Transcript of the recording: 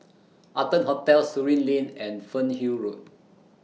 Arton Hotel Surin Lane and Fernhill Road